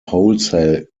wholesale